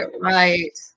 right